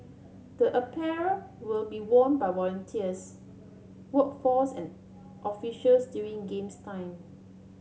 the apparel will be worn by volunteers workforce and officials during games time